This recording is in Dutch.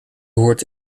hoort